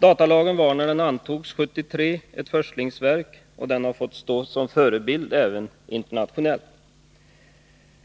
Datalagen var när den antogs 1973 ett förstlingsverk, och den har fått stå som förebild även internationellt.